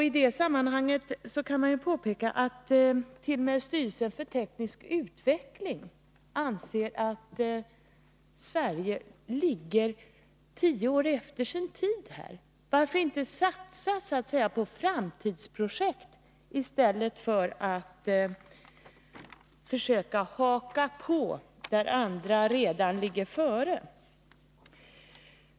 I det sammanhanget kan man påpeka att t.o.m. styrelsen för teknisk utveckling anser att Sverige i detta fall ligger tio år efter sin tid. Varför inte satsa på framtidsprojekt i stället för att försöka haka på där andra redan ligger före.